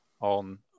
on